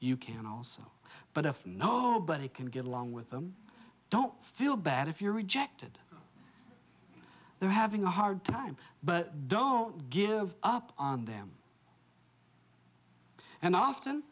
you can also but if nobody can get along with them don't feel bad if you're rejected they're having a hard time but don't give up on them and often